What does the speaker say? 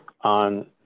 on